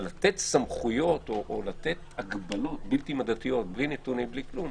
אבל לתת סמכויות או לתת הגבלות בלתי מידתיות בלי נתונים ובלי כלום,